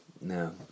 no